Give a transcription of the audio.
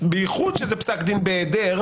בייחוד כשזה פסק דין בהיעדר,